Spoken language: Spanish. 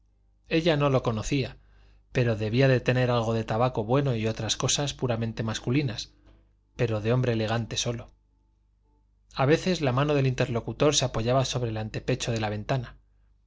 ella no lo conocía pero debía de tener algo de tabaco bueno y otras cosas puramente masculinas pero de hombre elegante solo a veces la mano del interlocutor se apoyaba sobre el antepecho de la ventana